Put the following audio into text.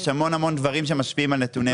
יש המון דברים שמשפיעים על נתוני מע"מ.